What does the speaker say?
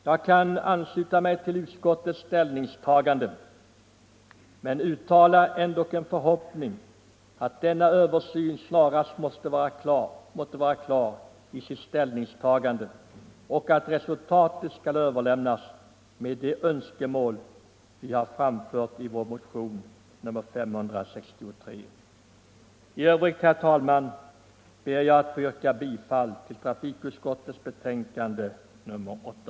Jag kan ansluta mig till utskottets ställningstagande men uttalar ändå en förhoppning att denna översyn snarast måste bli klar och att resultatet skall överensstämma med de önskemål som vi har framfört i vår motion. I övrigt, herr talman, ber jag att få yrka bifall till trafikutskottets hemställan i betänkande nr 8.